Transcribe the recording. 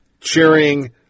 cheering